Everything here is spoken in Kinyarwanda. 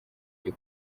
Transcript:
byo